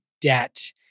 debt